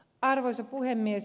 arvoisa puhemies